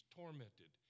tormented